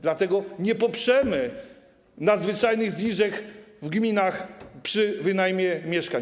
Dlatego nie poprzemy nadzwyczajnych zniżek w gminach przy wynajmie mieszkań.